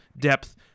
depth